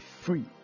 free